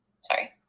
sorry